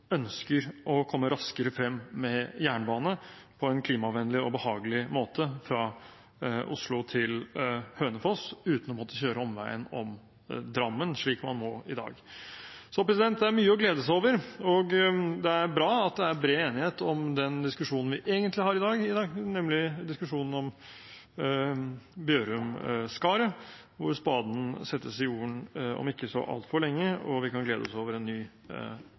ønsker å komme raskere frem med jernbane på en klimavennlig og behagelig måte fra Oslo til Hønefoss, uten å måtte kjøre omveien om Drammen, slik man må i dag. Så det er mye å glede seg over, og det er bra at det er bred enighet om den diskusjonen vi egentlig har i dag, nemlig diskusjonen om Bjørum–Skaret, hvor spaden settes i jorden om ikke så altfor lenge, og vi kan glede oss over en ny,